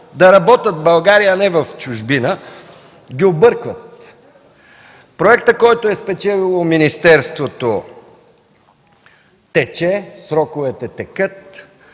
да работят в България, а не в чужбина. Проектът, който е спечелило министерството, тече, сроковете текат,